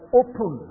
open